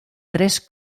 tres